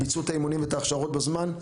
ביצעו את האימונים ואת ההכשרות בזמן.